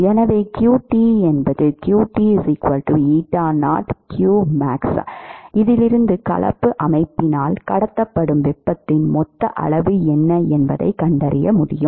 எனவே qt என்பது இதிலிருந்து கலப்பு அமைப்பினால் கடத்தப்படும் வெப்பத்தின் மொத்த அளவு என்ன என்பதைக் கண்டறிய முடியும்